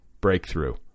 breakthrough